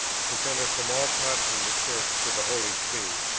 presented from all parts of the church to the holy see,